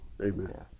amen